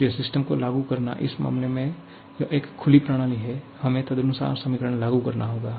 इसलिए सिस्टम को लागू करना इस मामले में यह एक खुली प्रणाली है हमें तदनुसार समीकरण लागू करना होगा